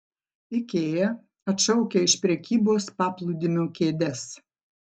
ikea atšaukia iš prekybos paplūdimio kėdes